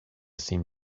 seem